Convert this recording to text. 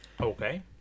Okay